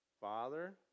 Father